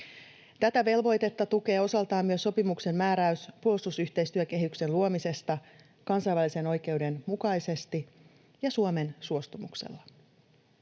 Tätä velvoitetta tukee osaltaan myös sopimuksen määräys puolustusyhteistyökehyksen luomisesta kansainvälisen oikeuden mukaisesti ja Suomen suostumuksella.